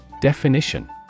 Definition